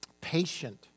patient